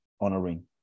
honoring